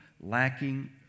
lacking